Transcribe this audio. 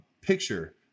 picture